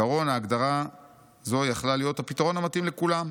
כעיקרון הגדרה זו יכלה להיות הפתרון המתאים לכולם,